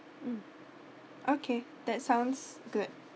mm okay that sounds good